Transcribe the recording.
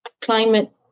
climate